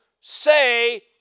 say